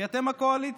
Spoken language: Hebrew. כי אתם הקואליציה,